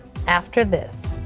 after this.